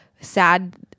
Sad